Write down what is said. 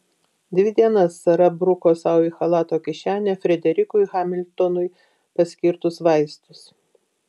dvi dienas sara bruko sau į chalato kišenę frederikui hamiltonui paskirtus vaistus